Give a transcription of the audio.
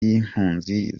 y’impunzi